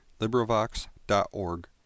LibriVox.org